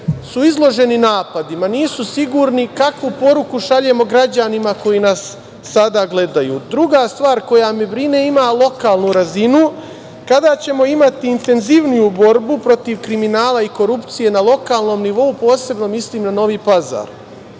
su izloženi napadima, nisu sigurni kakvu poruku šaljemo građanima koji nas sada gledaju. Druga stvar koja me brine ima lokalnu razinu –kada ćemo imati intenzivniju borbu protiv kriminala i korupcije, posebno mislim na Novi Pazar.